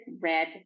red